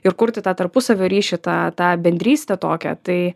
ir kurti tą tarpusavio ryšį tą tą bendrystę tokią tai